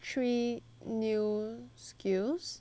three new skills